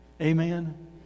Amen